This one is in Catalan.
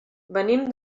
venim